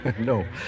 No